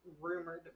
rumored